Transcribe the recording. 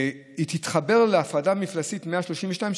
והיא תתחבר להפרדה מפלסית 132,